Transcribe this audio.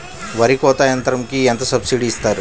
వరి కోత యంత్రంకి ఎంత సబ్సిడీ ఇస్తారు?